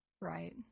Right